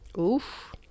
oof